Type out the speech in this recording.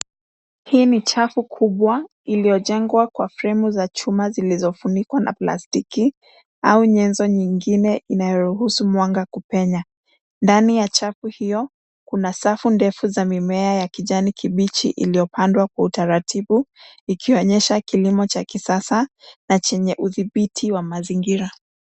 Hii ni chafu kubwa, iliyojengwa kwa fremu za chuma, zilizofunikwa na plastiki au nyenzo nyingine inayoruhusu mwanga kupenya ndani ya chafu hiyo. Kuna safu ndefu za mimea ya kijani kibichi iliyopandwa kwa utaratibu, ikiwanyesha kilimo cha kisasa na chenye udhibiti wa mazingira.